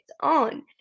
on